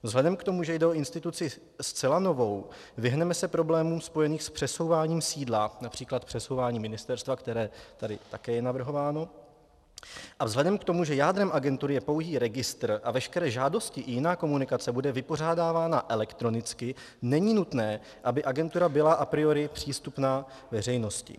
Vzhledem k tomu, že jde o instituci zcela novou, vyhneme se problémům spojeným s přesouváním sídla, například přesouváním ministerstva, které tady také je navrhováno, a vzhledem k tomu, že jádrem agentury je pouhý registr a veškeré žádosti i jiná komunikace bude vypořádávána elektronicky, není nutné, aby agentura byla a priori přístupná veřejnosti.